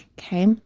Okay